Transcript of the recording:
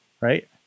right